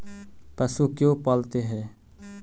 पशु क्यों पालते हैं?